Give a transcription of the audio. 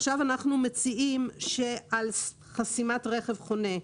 מציעים שעל חסימת רכב חונה,